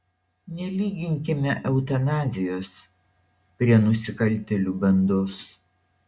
nelyginkime eutanazijos prie nusikaltėlių bandos